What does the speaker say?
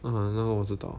eh 这个我知道